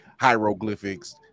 hieroglyphics